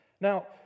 Now